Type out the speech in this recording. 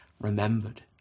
remembered